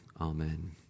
Amen